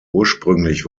ursprünglich